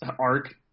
arc